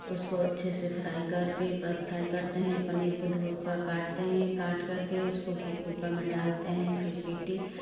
उसको अच्छे से फ्राई करके पर फ्राई करते हैं पनीर को धोकर काटते है काट करके उसको फिर कुकर में डालते हैं फिर सीटी